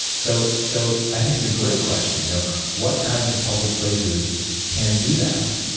so so i think it's a great question. you know what kinds of public places can do that?